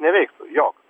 neveiktų jog